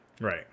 Right